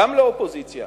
גם לאופוזיציה